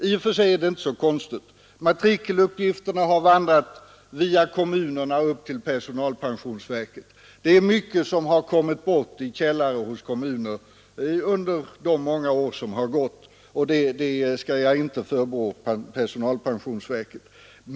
I och för sig är det inte så konstigt. Matrikeluppgifterna har vandrat via kommunerna upp till personalpensionsverket. Det är mycket som har kommit bort i källare hos kommuner under de många år som har gått, och det skall jag inte förebrå personalpensionsverket.